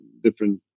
different